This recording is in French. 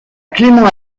clément